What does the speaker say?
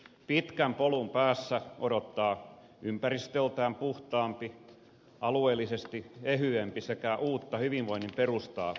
pitkän polun päässä odottaa ympäristöltään puhtaampi alueellisesti ehyempi sekä uutta hyvinvoinnin perustaa rakentava suomi